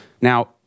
Now